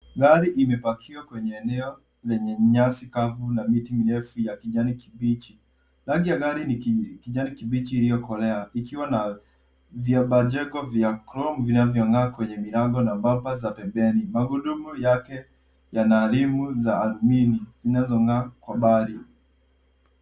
Gari imepakiwa kwenye eneo lenye nyasi kavu na miti mirefu ya kijani kibichi. Rangi ya gari ni kijani kibichi iliyokolea, ikiwa na viamba jengo vya chrome vinavyong'aa kwenye milango na bamba vya pembeni. Magurudmu yake yana rimu za athmini, zinazong'aa kwa mbali.